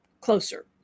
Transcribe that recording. closer